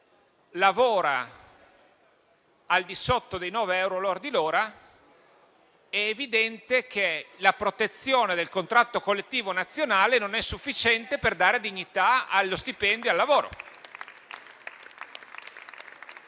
lavora al di sotto dei nove euro lordi l'ora, è evidente che la protezione del contratto collettivo nazionale non è sufficiente per dare dignità allo stipendio, al lavoro.